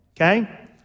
okay